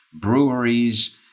breweries